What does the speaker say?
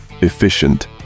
efficient